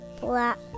black